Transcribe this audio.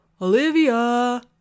Olivia